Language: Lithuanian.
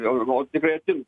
o tikrai atims